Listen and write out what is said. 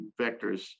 vectors